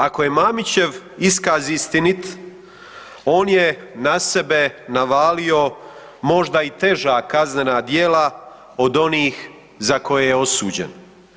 Ako je Mamićev iskaz istinit, on je na sebe navalio možda i teža kaznena djela od onih za koje je osuđen.